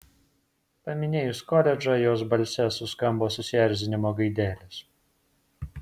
paminėjus koledžą jos balse suskambo susierzinimo gaidelės